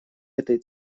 этой